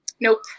nope